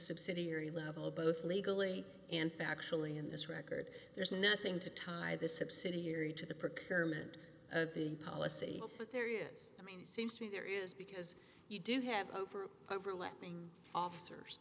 subsidiary level both legally and factually in this record there's nothing to tie the subsidiary to the park policy but there is i mean it seems to me there is because you do have over overlapping officers